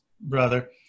brother